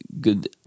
good